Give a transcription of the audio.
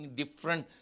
different